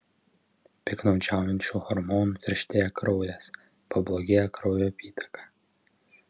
piktnaudžiaujant šiuo hormonu tirštėja kraujas pablogėja kraujo apytaka